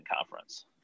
conference